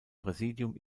präsidium